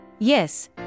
Yes